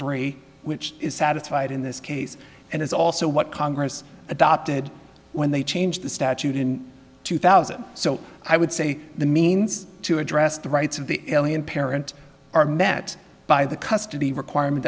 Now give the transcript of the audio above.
three which is satisfied in this case and it's also what congress adopted when they changed the statute in two thousand so i would say the means to address the rights of the alien parent are met by the custody requirement